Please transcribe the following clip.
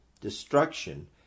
destruction